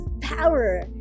power